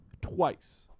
Twice